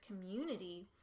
community